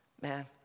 Man